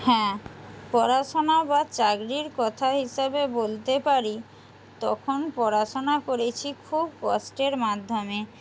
হ্যাঁ পড়াশোনা বা চাকরির কথা হিসাবে বলতে পারি তখন পড়াশোনা করেছি খুব কষ্টের মাধ্যমে